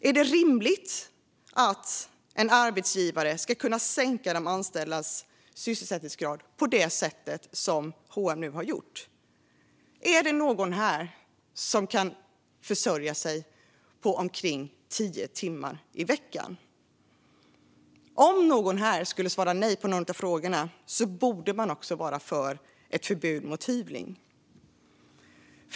Är det rimligt att en arbetsgivare ska kunna sänka de anställdas sysselsättningsgrad på det sätt H & M har gjort? Är det någon här som kan försörja sig på omkring 10 timmar i veckan? Om någon här skulle svara nej på dessa frågor borde man också vara för ett förbud mot hyvling.